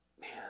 Man